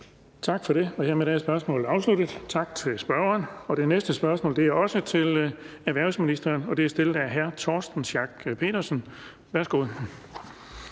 Tak for det. Hermed er spørgsmålet afsluttet. Tak til spørgeren. Vi går videre til det næste spørgsmål, som også er til erhvervsministeren, og det er stillet af fru Marie Bjerre, Venstre.